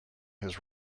his